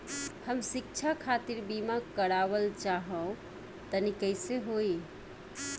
हम शिक्षा खातिर बीमा करावल चाहऽ तनि कइसे होई?